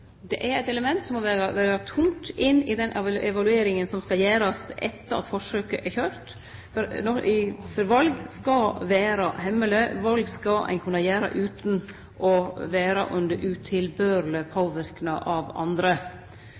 Det er eit element som må vere tungt inne i den evalueringa som skal gjerast etter at forsøket er kjørt. Val skal vere hemmelege, val skal ein kunne gjere utan å vere under utilbørleg påverknad av andre.